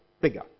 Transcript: bigger